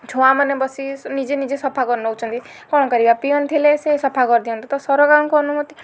ଛୁଆମାନେ ବସି ସ ନିଜେ ନିଜେ ସଫା କରିନଉଛନ୍ତି କ'ଣ କରିବା ପିଅନ ଥିଲେ ସିଏ ସଫା କରିଦିଅନ୍ତା ତ ସରକାରଙ୍କୁ ଅନୁମତି